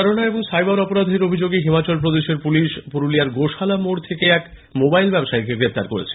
প্রতারণা এবং সাইবার অপরাধের অভিযোগে হিমাচল প্রদেশের পুলিশ পুরুলিয়ার গোশালা মোড়ে এক মোবাইল ব্যবসায়ীকে গ্রেপ্তার করেছে